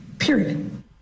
Period